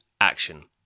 action